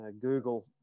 Google